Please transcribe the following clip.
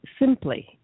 simply